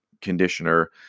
conditioner